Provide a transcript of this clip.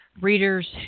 readers